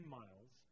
miles